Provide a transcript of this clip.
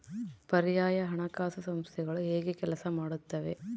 ಪರ್ಯಾಯ ಹಣಕಾಸು ಸಂಸ್ಥೆಗಳು ಹೇಗೆ ಕೆಲಸ ಮಾಡುತ್ತವೆ?